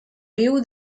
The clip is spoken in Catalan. riu